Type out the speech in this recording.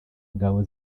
ngabo